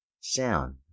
sound